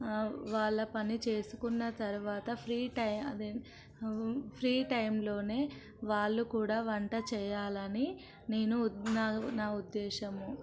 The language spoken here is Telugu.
వాళ్ళ పని చేసుకున్న తర్వాత ఫ్రీ టైం ఫ్రీ టైంలోనే వాళ్లు కూడా వంట చేయాలని నేను నా నా ఉద్దేశం